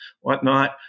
whatnot